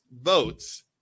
votes